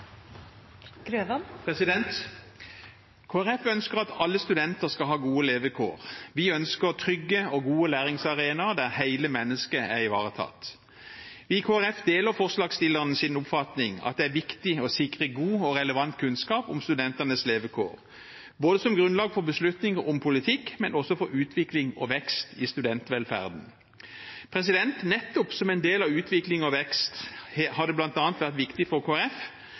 Kristelig Folkeparti ønsker at alle studenter skal ha gode levekår. Vi ønsker trygge og gode læringsarenaer der hele mennesket er ivaretatt. Vi i Kristelig Folkeparti deler forslagsstillernes oppfatning om at det er viktig å sikre god og relevant kunnskap om studentenes levekår, både som grunnlag for beslutninger om politikk og også for utvikling og vekst i studentvelferden. Nettopp som en del av utvikling og vekst har det bl.a. vært viktig for